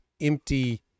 empty